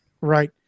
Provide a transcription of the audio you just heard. Right